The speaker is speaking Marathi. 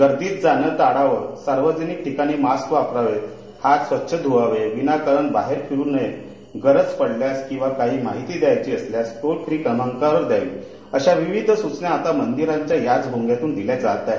गर्दीत जाण ळावं सार्वजनिक ठिकाणी मास्क वापरावेत हात स्वच्छ ध्वावे विनाकारण बाहेर फिरू नये गरज पडल्यास किंवा काही माहिती द्यायची असल्यास शिल फ्री क्रमांकावर द्यावी अश्या विविध सूचना आता मंदिराच्या याच भोंग्यातून दिल्या जात आहेत